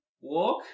Walk